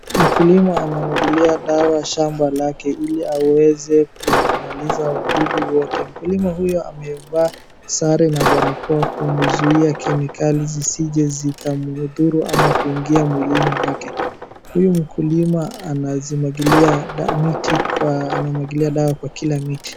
Mkulima anamwagilia dawa shamba lake ili aweze kumaliza wadudu wote. Mkulima huyo amevaa sare na barakoa kuzuia kemikali zisije zikamdhuru ama kuingia mwilini mwake. Huyu mkulima anazimwagilia miti kwa anamwagilia dawa kwa kila miti.